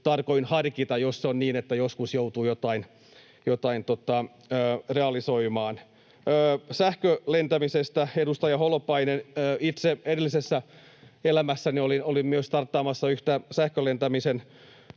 tarkoin harkita, jos on niin, että joskus joutuu jotain realisoimaan. Sähkölentämisestä, edustaja Holopainen: Itse edellisessä elämässäni olin myös starttaamassa yhtä sähkölentämisen